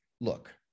Look